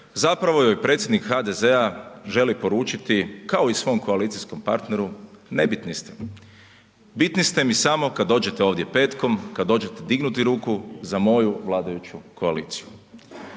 zapravo joj predsjednik HDZ-a želi poručiti kao i svom koalicijskom partneru, nebitni ste. Bitni ste mi samo kad dođete ovdje petkom, kad dođete dignuti ruku za moju vladajuću koaliciju.